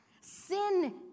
Sin